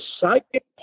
psychic